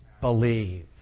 believe